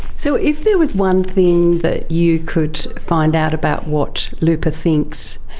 so if there was one thing that you could find out about what lupa thinks,